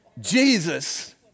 Jesus